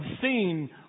seen